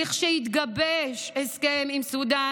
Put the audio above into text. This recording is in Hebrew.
כשיתגבש הסכם עם סודאן,